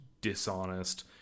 dishonest